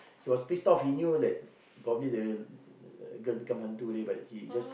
he was pissed off he knew that probably the the girl become hantu already but he just